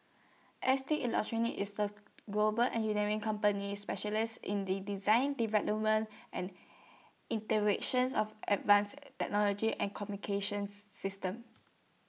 S T electronics is A global engineering company specialise in the design development and inter visions of advanced technology and communications system